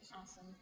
Awesome